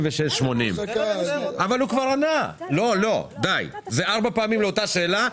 לא נענה ארבע פעמים על אותה שאלה.